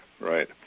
right